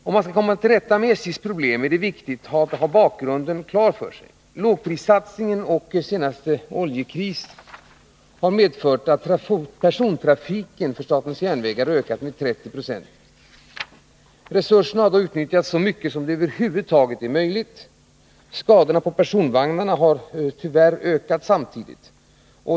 För att komma till rätta med SJ:s problem är det viktigt att ha klart för sig bakgrunden till dagens situation. Lågprissatsningen och den senaste ”oljekrisen” har inneburit att persontrafiken vid SJ ökat med ca 30 70. Resurserna har därmed utnyttjats så mycket som det över huvud taget är möjligt. Skadorna på personvagnarna har tyvärr ökat samtidigt.